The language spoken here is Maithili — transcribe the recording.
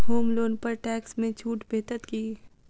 होम लोन पर टैक्स मे छुट भेटत की